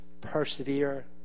persevere